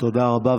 תודה רבה.